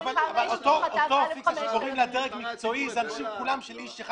--- הדרג המקצועי הם כולם אנשים של איש אחד,